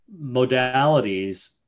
modalities